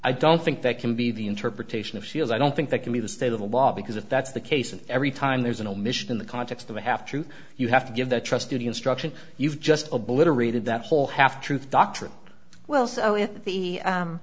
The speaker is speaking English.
i don't think that can be the interpretation of seals i don't think that can be the state of the law because if that's the case and every time there's an omission in the context of a half truth you have to give the trustee instruction you've just obliterated that whole half truth doctrine well so if the